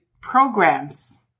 programs